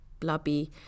blubby